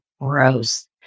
gross